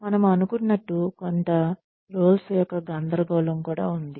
మనము అనుకున్నట్టు కొంత రోల్స్ యొక్క గందరగోళం ఉంది